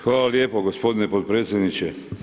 Hvala lijepo gospodine potpredsjedniče.